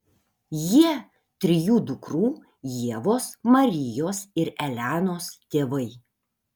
jie trijų dukrų ievos marijos ir elenos tėvai